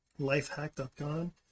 lifehack.com